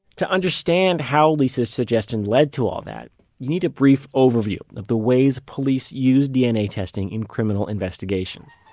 to understand how lisa's suggestion led to all that, you need a brief overview of the ways police use dna testing in criminal investigations